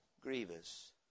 grievous